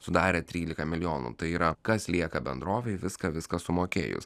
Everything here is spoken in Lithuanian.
sudarė trylika milijonų tai yra kas lieka bendrovei viską viską sumokėjus